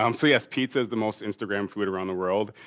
um so, yes, pizza is the most instagramed food around the world.